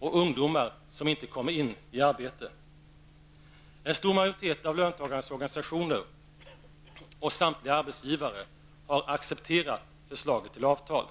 och ungdomar som inte kommer in i arbete. En stor majoritet av löntagarnas organisationer och samtliga arbetsgivare har accepterat förslaget till avtal.